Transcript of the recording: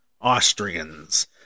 Austrians